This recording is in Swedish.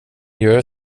gör